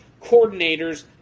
coordinators